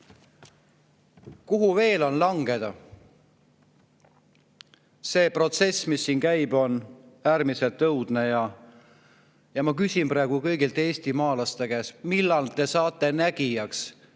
Kuhu veel on langeda? See protsess, mis siin käib, on äärmiselt õudne. Ma küsin praegu kõigi eestimaalaste käest: millal te saate nägijaks?